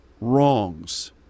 wrongs